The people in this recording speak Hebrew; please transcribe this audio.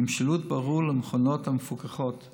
עם שילוט ברור למכונות המפוקחות,